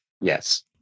yes